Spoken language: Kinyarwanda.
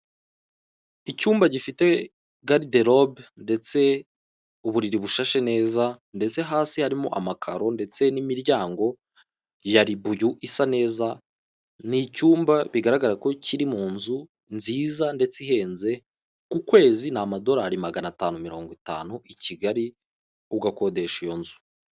Icyumba gifite gariderobe ndetse uburiri bushashe neza, ndetse hasi harimo amakaro ndetse n'imiryango ya libuyu isa neza, ni cyumba bigaragara ko kiri mu nzu nziza ndetse ihenze, ku kwezi ni amadolari magana atanu mirongo itanu i Kigali ugakodesha iyo nzu.